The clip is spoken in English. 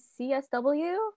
CSW